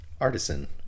artisan